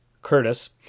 Curtis